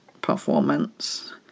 performance